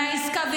-- מנע עסקה.